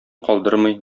калдырмый